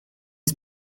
است